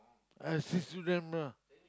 I still student mah